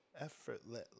Effortless